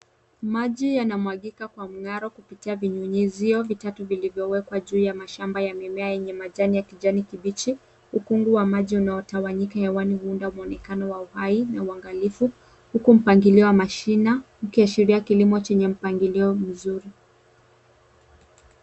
Maji yanamwagika kwa mng'aro kupitia vinyunyuzio vitatu vilivyowekwa juu ya mashamba ya mimea yenye majani ya kijani kibichi. Ukungu wa maji unaotawanyika hewani huunda mwonekano wa uhai na uangalifu, huku mpangilio wa mashina ukiashiria kilimo chenye mpangilio mzuri.